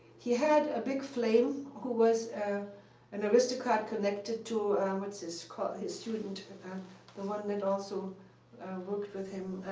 he had a big flame who was an aristocrat connected to what's his student, the one that also worked with him